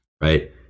right